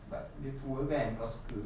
but dia tua kan kau suka